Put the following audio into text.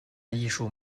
艺术